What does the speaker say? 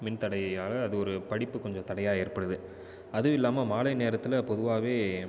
மின்தடையால் அது ஒரு படிப்பு கொஞ்சம் தடையா ஏற்படுது அதுவும் இல்லாமல் மாலை நேரத்தில் பொதுவாவே